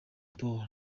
polly